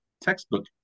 textbook